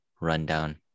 rundown